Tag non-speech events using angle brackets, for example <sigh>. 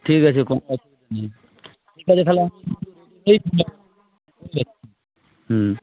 ঠিক আছে কোনো <unintelligible> নেই ঠিক আছে তাহলে <unintelligible> হুম